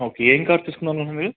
okay ఏం car తీసుకుందాం అనుకుంటున్నారు మీరు